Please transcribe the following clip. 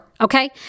okay